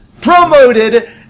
promoted